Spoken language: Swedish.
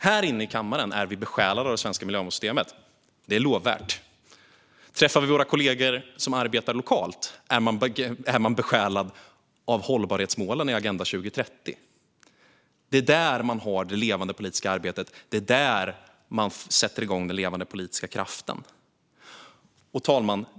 Här i kammaren är vi besjälade av det svenska miljömålssystemet. Det är lovvärt. Träffar vi våra kollegor som arbetar lokalt är de besjälade av hållbarhetsmålen i Agenda 2030. Det är där man har det levande politiska arbetet. Det är där man sätter igång den levande politiska kraften. Fru talman!